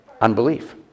Unbelief